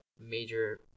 major